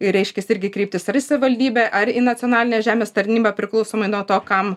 reiškias irgi kryptis ar į savivaldybę ar į nacionalinę žemės tarnybą priklausomai nuo to kam